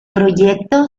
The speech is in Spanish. proyecto